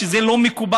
שזה לא מקובל.